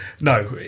No